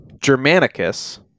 Germanicus